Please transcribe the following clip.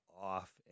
off